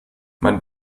mein